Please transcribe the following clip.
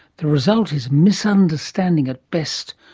the result is misunderstanding at best,